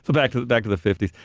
so back to back to the fifty s,